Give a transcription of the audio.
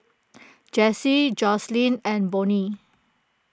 Jessie Joseline and Bonny